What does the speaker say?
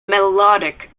melodic